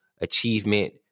Achievement